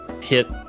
hit